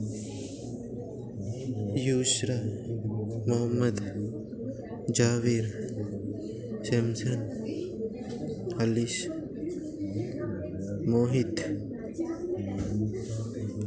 Yushra Mohammad Javir Shamsan Halish Mohit